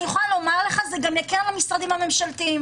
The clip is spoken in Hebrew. זה גם יקל על המשרדים הממשלתיים